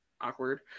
awkward